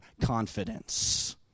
confidence